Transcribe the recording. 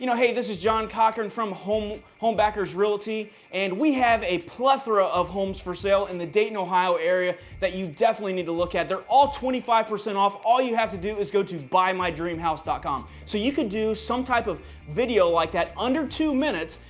you know hey, this is john cochran from home home backers realty and we have a plethora of homes for sale in the dayton ohio area that you definitely need to look at. they're all twenty five percent of all you have to do is go to buy my dream house dot com. so you can do some type of video like that, under two minutes,